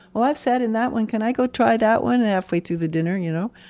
well i've sat in that one, can i go try that one, halfway through the dinner, you know.